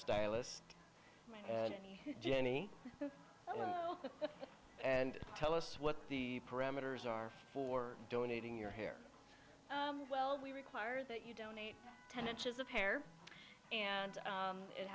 stylist and jenny and tell us what the parameters are for donating your hair well we require that you donate ten inches of hair and